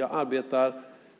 Jag arbetar